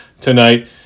tonight